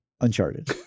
Uncharted